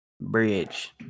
bridge